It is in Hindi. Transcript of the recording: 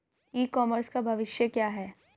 ई कॉमर्स का भविष्य क्या है?